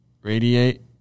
radiate